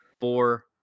four